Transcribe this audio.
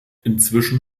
inzwischen